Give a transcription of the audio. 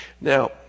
Now